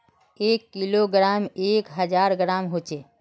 एक किलोग्रमोत एक हजार ग्राम होचे